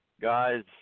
Guys